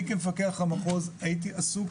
אני, כמפקח המחוז הייתי עסוק